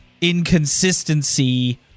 inconsistency